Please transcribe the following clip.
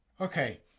Okay